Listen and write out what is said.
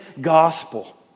gospel